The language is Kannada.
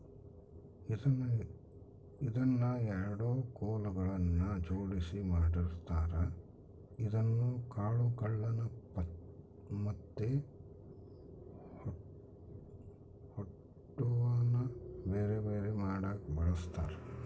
ಇದನ್ನ ಎರಡು ಕೊಲುಗಳ್ನ ಜೊಡ್ಸಿ ಮಾಡಿರ್ತಾರ ಇದು ಕಾಳುಗಳ್ನ ಮತ್ತೆ ಹೊಟ್ಟುನ ಬೆರೆ ಬೆರೆ ಮಾಡಕ ಬಳಸ್ತಾರ